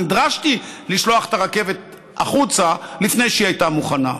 נדרשתי לשלוח את הרכבת החוצה לפני שהיא הייתה מוכנה.